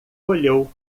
olhou